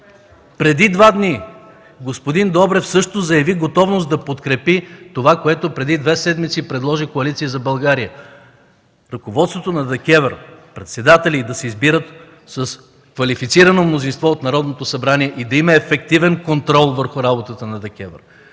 преди два дни господин Добрев също заяви готовност да подкрепи това, което преди две седмици предложи Коалиция за България – ръководството на ДКЕВР, председателят й да се избират с квалифицирано мнозинство от Народното събрание и да има ефективен контрол върху работата на ДКЕВР,